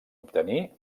obtenir